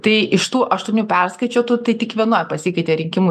tai iš tų aštuonių perskaičiuotų tai tik vienoj pasikeitė rinkimų